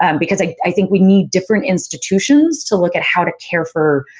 um because, i think we need different institutions to look at how to care for,